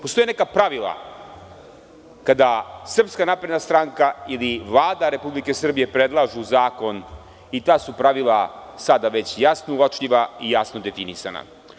Postoje neka pravila kada SNS ili Vlada Republike Srbije predlažu zakon i ta su pravila sada već jasno uočljiva i jasno definisana.